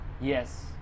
Yes